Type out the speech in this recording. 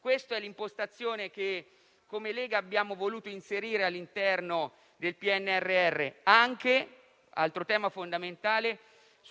Questa è l'impostazione che la Lega ha voluto inserire all'interno del PNRR. Un altro tema fondamentale è